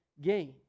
gain